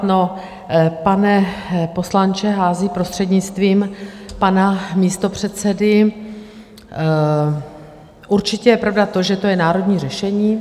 No, pane poslanče Haasi, prostřednictvím pana místopředsedy, určitě je pravda to, že to je národní řešení.